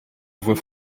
voix